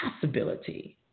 possibility